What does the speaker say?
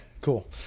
cool